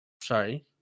Sorry